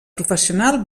professional